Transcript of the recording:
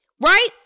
right